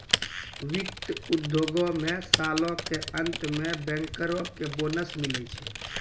वित्त उद्योगो मे सालो के अंत मे बैंकरो के बोनस मिलै छै